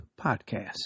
Podcast